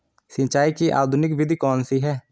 सिंचाई की आधुनिक विधि कौनसी हैं?